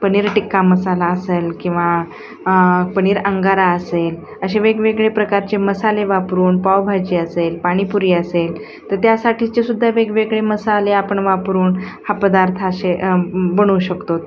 पनीर टिक्का मसाला असेल किंवा पनीर अंगारा असेल असे वेगवेगळे प्रकारचे मसाले वापरून पावभाजी असेल पाणीपुरी असेल तर त्यासाठीचे सुद्धा वेगवेगळे मसाले आपण वापरून हा पदार्थ असे बनवू शकतो